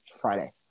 Friday